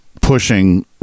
pushing